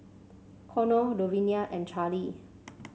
Connor Luvinia and Charlie